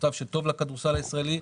מצב שטוב לכדורסל הישראלי.